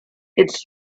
its